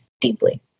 deeply